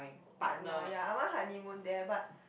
partner ya I want honeymoon there but